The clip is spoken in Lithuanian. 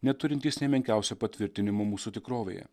neturintys nė menkiausio patvirtinimo mūsų tikrovėje